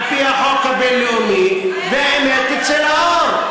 על-פי החוק הבין-לאומי, והאמת תצא לאור.